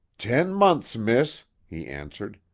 ten months, miss, he answered.